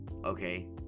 okay